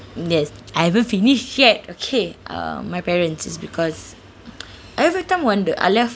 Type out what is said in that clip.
yes I haven't finish yet okay uh my parents is because every time when uh I left